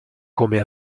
come